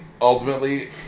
ultimately